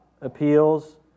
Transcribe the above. appeals